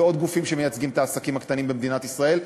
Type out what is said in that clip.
ועוד גופים שמייצגים את העסקים הקטנים במדינת ישראל.